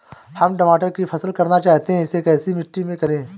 हम टमाटर की फसल करना चाहते हैं इसे कैसी मिट्टी में करें?